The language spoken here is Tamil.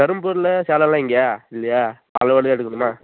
தரும்புரியில் சேலமெலாம் இங்கே இல்லையா பாலக்கோடு தான் எடுக்கணுமா